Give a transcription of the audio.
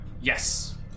yes